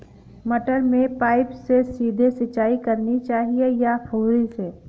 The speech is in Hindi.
मटर में पाइप से सीधे सिंचाई करनी चाहिए या फुहरी से?